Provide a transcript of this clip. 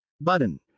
button